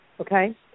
Okay